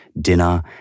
dinner